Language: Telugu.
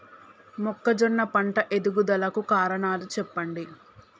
మొక్కజొన్న పంట ఎదుగుదల కు కారణాలు చెప్పండి?